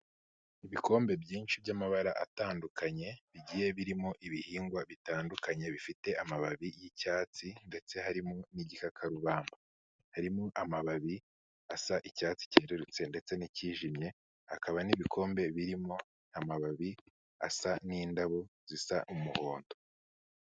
Ibikombe byinshi by'amabara atandukanye, bigiye birimo ibihingwa bitandukanye bifite amababi y'icyatsi ndetse harimo n'igikarubamba. Harimo amababi asa icyatsi cyerurutse ndetse n'icyijimye, hakaba n'ibikombe birimo amababi asa n'indabo zisa umuhondo.